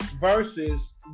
versus